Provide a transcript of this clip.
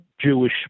Jewish